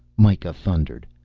mikah thundered.